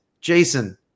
Jason